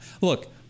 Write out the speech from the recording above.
look